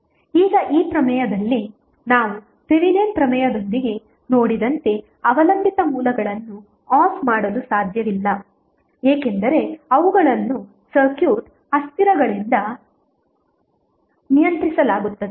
ಈಗ ಈ ಪ್ರಮೇಯದಲ್ಲಿ ನಾವು ಥೆವೆನಿನ್ ಪ್ರಮೇಯದೊಂದಿಗೆ ನೋಡಿದಂತೆ ಅವಲಂಬಿತ ಮೂಲಗಳನ್ನು ಆಫ್ ಮಾಡಲು ಸಾಧ್ಯವಿಲ್ಲ ಏಕೆಂದರೆ ಅವುಗಳನ್ನು ಸರ್ಕ್ಯೂಟ್ ಅಸ್ಥಿರಗಳಿಂದ ನಿಯಂತ್ರಿಸಲಾಗುತ್ತದೆ